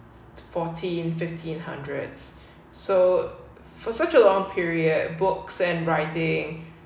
fourteen fifteen hundreds so for such a long period books and writing